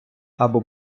або